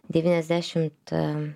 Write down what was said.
devyniasdešimt am